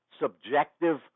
subjective